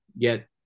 get